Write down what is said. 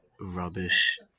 rubbish